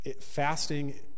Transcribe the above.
fasting